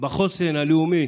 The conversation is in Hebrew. בחוסן הלאומי